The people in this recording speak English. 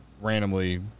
randomly